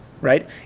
right